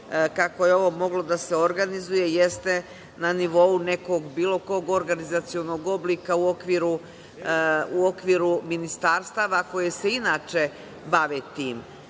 kako je ovo moglo da se organizuje jeste na nivou nekog, bilo kog, organizacionog oblika u okviru ministarstava koji se inače bavi time.